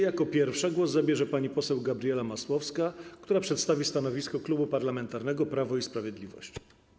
Jako pierwsza głos zabierze pani poseł Gabriela Masłowska, która przedstawi stanowisko Klubu Parlamentarnego Prawo i Sprawiedliwość.